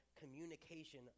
communication